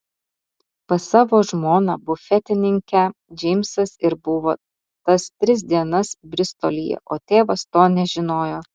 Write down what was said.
pas savo žmoną bufetininkę džeimsas ir buvo tas tris dienas bristolyje o tėvas to nežinojo